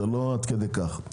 זה לא עד כדי כך.